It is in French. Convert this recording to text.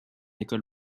école